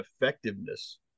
effectiveness